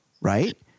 right